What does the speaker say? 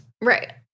Right